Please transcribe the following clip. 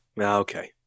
Okay